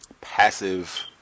passive